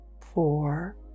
four